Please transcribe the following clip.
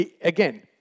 Again